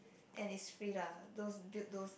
and it's free lah those build those